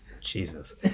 Jesus